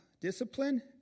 discipline